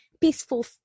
peaceful